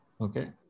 Okay